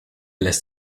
lässt